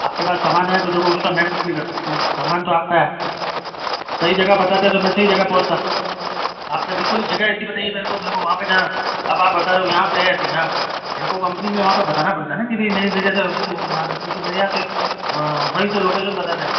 आपके पास सामान है तो देखो उसका मैं कुछ नहीं कर सकता हूँ सामान तो आपका है सही जगह बताते तो मैं सही जगह पहुँचता आपने बिलकुल जगह ऐसी बताई है मेरे को मेरे को वहाँ पर जहाँ अब आप बता रहे हो यहाँ पर है तो मैं मेरे को कंपनी मे बताना पड़ता है ना कि मैं इस जगह से जब कि मेरे यहाँ से वहीं से लोकेशन बताते हैं